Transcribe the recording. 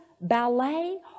ballet